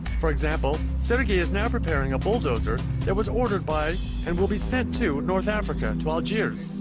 for example sergy is now preparing a bulldozer that was ordered by and will be sent to north africa, and to algiers